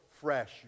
fresh